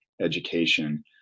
education